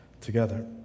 together